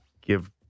give